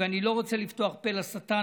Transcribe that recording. אני לא רוצה לפתוח פה לשטן",